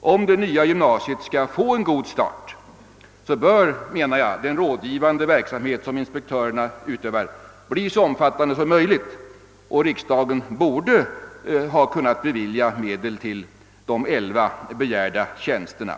Om det nya gymnasiet skall få en god start bör den rådgivande verksamhet som inspektörerna utövar bli så omfattande som möjligt, och riksdagen borde ha kunnat bevilja medel till inrättande av de begärda elva tjänsterna.